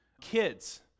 Kids